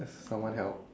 someone help